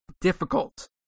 difficult